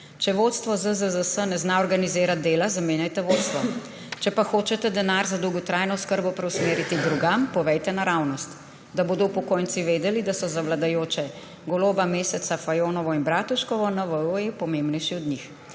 Če vodstvo ZZZS ne zna organizirati dela, zamenjajte vodstvo. Če pa hočete denar za dolgotrajno oskrbo preusmeriti drugam, povejte naravnost, da bodo upokojenci vedeli, da so za vladajoče Goloba, Meseca, Fajonovo in Bratuškovo NVO pomembnejši od njih.